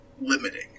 limiting